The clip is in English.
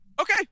Okay